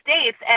States